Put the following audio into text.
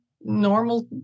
normal